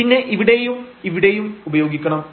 പിന്നെ ഇവിടെയും ഇവിടെയും ഉപയോഗിക്കണം